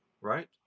right